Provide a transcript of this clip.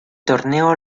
torneo